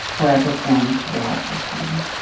where i performed live with him.